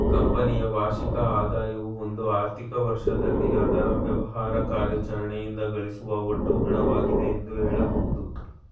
ಕಂಪನಿಯ ವಾರ್ಷಿಕ ಆದಾಯವು ಒಂದು ಆರ್ಥಿಕ ವರ್ಷದಲ್ಲಿ ಅದ್ರ ವ್ಯವಹಾರ ಕಾರ್ಯಾಚರಣೆಯಿಂದ ಗಳಿಸುವ ಒಟ್ಟು ಹಣವಾಗಿದೆ ಎಂದು ಹೇಳಬಹುದು